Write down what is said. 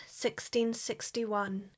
1661